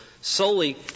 solely